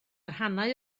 rhannau